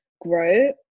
grow